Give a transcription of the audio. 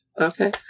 Okay